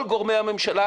כל גורמי הממשלה